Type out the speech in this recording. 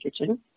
kitchen